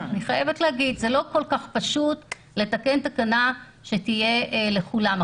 זה לא כל כך פשוט לתקן תקנה שתהיה לכולם.